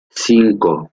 cinco